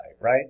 right